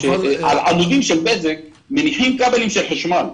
שעל עמודים של בזק מניחים כבלים של חשמל.